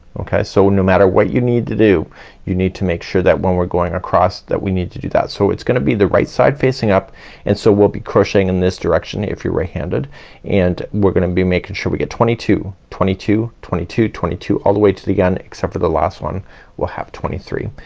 okay, so no matter what you need to do you need to make sure that when we're going across that we need to do that. so it's gonna be the right side facing up and so we'll be crocheting in this direction if you're right-handed and we're gonna be making sure we get twenty two, twenty two, twenty two, twenty two all the way to the yeah end except for the last one will have twenty three.